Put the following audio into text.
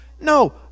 No